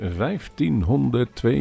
1502